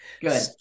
Good